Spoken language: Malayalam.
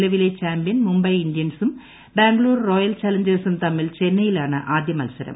നിലവിലെ ചാമ്പ്യൻ മുംബൈ ഇന്ത്യൻസും ബംഗളൂർ റോയൽ ചലഞ്ചേഴ്സും തമ്മിൽ ചെന്നൈയിലാണ് ആദ്യമത്സരം